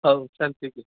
हो चालतं आहे की